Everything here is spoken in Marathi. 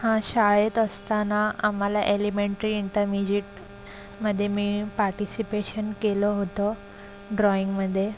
हां शाळेत असताना आम्हाला एलिमेंटरी इंटरमिजिएट मध्ये मी पार्टिसिपेशन केलं होतं ड्रॉईंगमध्ये